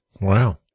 Wow